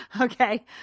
Okay